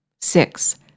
Six